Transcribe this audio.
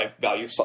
value